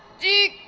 di